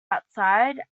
outside